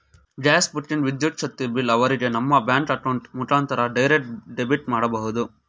gas booking, ವಿದ್ಯುತ್ ಶಕ್ತಿ bill ಅವರಿಗೆ ನಮ್ಮ ಬ್ಯಾಂಕ್ ಅಕೌಂಟ್ ಮುಖಾಂತರ ಡೈರೆಕ್ಟ್ ಡೆಬಿಟ್ ಮಾಡಬಹುದು